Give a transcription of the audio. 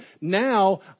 now